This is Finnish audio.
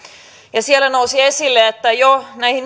ja siellä nousi esille että jo näihin